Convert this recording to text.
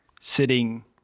sitting